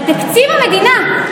על תקציב המדינה.